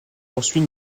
poursuit